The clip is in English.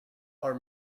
are